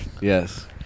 yes